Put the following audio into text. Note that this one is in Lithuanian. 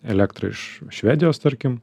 elektrą iš švedijos tarkim